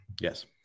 Yes